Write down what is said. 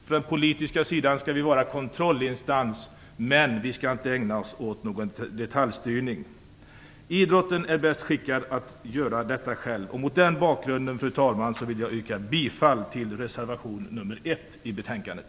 Vi på den politiska sidan skall vara kontrollinstans, men vi skall inte ägna oss åt någon detaljstyrning. Idrotten är bäst skickad att själv svara för detaljstyrningen. Mot den bakgrunden, fru talman, vill jag yrka bifall till reservation nr 1 i betänkandet.